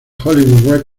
hollywood